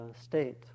state